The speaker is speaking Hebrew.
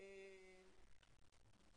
העברתה לוועדה.